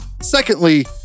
Secondly